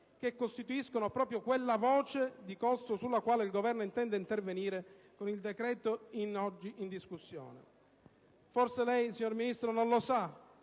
che costituiscono proprio quella voce di costo sulla quale il Governo intende intervenire con il decreto oggi in discussione. Forse lei, signor Ministro, non lo sa,